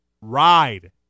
ride